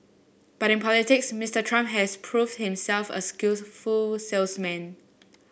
but in politics Mister Trump has proved himself a skillful salesman